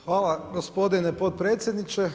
Hvala gospodine potpredsjedniče.